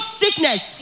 sickness